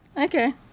Okay